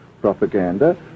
propaganda